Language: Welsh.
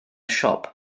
siop